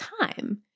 time